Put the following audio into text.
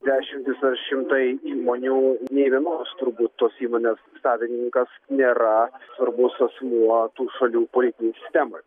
dešimtys ar šimtai įmonių nei vienos turbūt tos įmonės savininkas nėra svarbus asmuo tų šalių politinėj sistemoj